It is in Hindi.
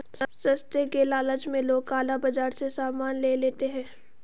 सस्ते के लालच में लोग काला बाजार से सामान ले लेते हैं